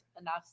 enough